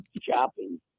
shopping